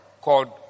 called